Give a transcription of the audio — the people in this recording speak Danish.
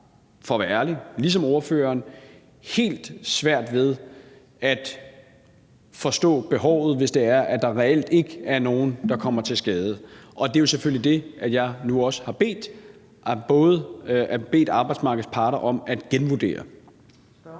for at være ærlig – ligesom ordføreren har svært ved helt at forstå behovet, hvis det er sådan, at der reelt ikke er nogen, der kommer til skade. Det er jo selvfølgelig det, jeg nu også har bedt arbejdsmarkedets parter om at genvurdere.